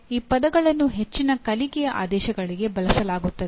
ಈ ಪದಗಳನ್ನು ಹೆಚ್ಚಿನ ಕಲಿಕೆಯ ಆದೇಶಗಳಿಗಾಗಿ ಬಳಸಲಾಗುತ್ತದೆ